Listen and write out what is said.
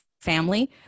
family